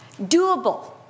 Doable